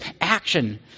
action